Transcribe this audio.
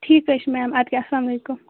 ٹھیٖک حظ چھِ میم اَدٕ کیٛاہ السلام علیکُم